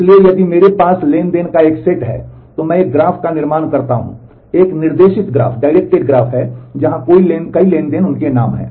इसलिए यदि मेरे पास ट्रांज़ैक्शन का एक सेट है तो मैं एक ग्राफ का निर्माण करता हूं एक निर्देशित ग्राफ है जहां कोने ट्रांज़ैक्शन उनके नाम हैं